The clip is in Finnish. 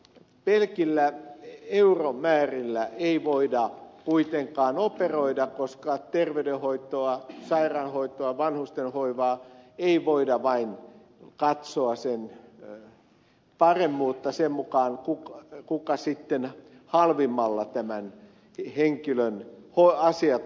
pelkillä euromäärillä ei voida kuitenkaan operoida koska terveydenhoidon sairaanhoidon vanhustenhoivan paremmuutta ei voida katsoa vain sen mukaan kuka sitten halvimmalla tämän henkilön asiat hoitaa